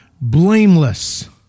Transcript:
blameless